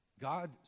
God